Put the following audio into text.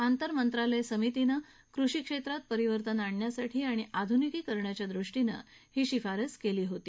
आंतर मंत्रालय समितीनं कृषी क्षेत्रात परिवर्तन आणण्यासाठी आणि आधुनिकीकरणाच्या दृष्टीनं ही शिफारस केली होती